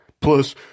Plus